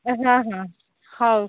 ହଁ ହଁ ହଉ